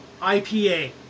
IPA